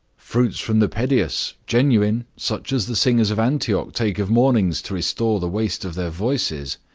fruits from the pedius genuine such as the singers of antioch take of mornings to restore the waste of their voices,